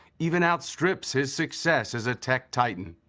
even outstrips his success as a tech titan.